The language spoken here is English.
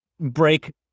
break